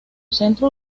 centro